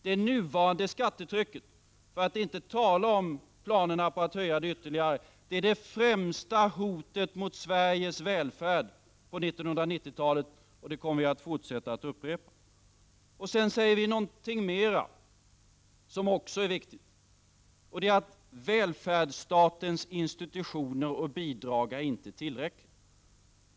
Det nuvarande skattetrycket — för att inte tala om planerna på att höja det ytterligare — är det främsta hotet mot Sveriges välfärd på 1990-talet; det kommer vi att fortsätta att upprepa. Sedan säger vi någonting mer som också är viktigt: Välfärdsstatens institutioner och bidrag är inte tillräckligt.